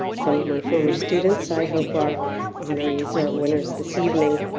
some of my former students i hope are honorees or winners this evening.